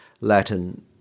Latin